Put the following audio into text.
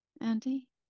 Andy